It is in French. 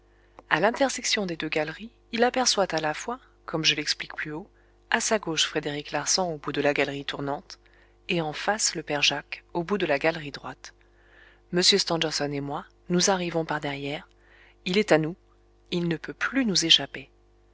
à l'intersection des deux galeries il aperçoit à la fois comme je l'explique plus haut à sa gauche frédéric larsan au bout de la galerie tournante et en face le père jacques au bout de la galerie droite m stangerson et moi nous arrivons par derrière il est à nous il ne peut plus nous échapper